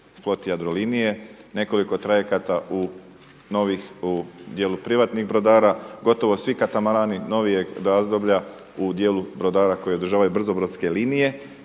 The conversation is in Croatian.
floti Jadrolinije, nekoliko trajekata novih u djelu privatnih brodara, gotovo svi katamarani novijeg razdoblja u dijelu brodara koji održavaju brzobrodske linije.